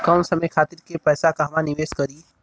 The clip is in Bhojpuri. कम समय खातिर के पैसा कहवा निवेश करि?